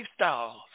lifestyles